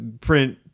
print